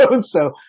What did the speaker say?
so-